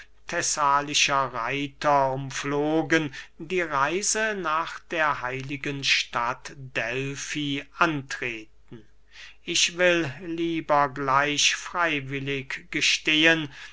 thessalischer reiter umflogen die reise nach der heiligen stadt delfi antreten ich will lieber gleich freywillig gestehen